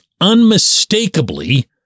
unmistakably